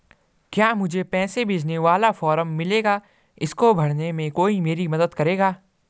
क्या मुझे पैसे भेजने वाला फॉर्म मिलेगा इसको भरने में कोई मेरी मदद करेगा?